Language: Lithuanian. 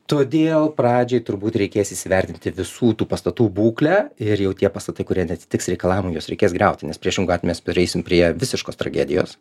todėl pradžiai turbūt reikės įsivertinti visų tų pastatų būklę ir jau tie pastatai kurie neatitiks reikalavimų juos reikės griauti nes priešingu atveju mes prieisim prie visiškos tragedijos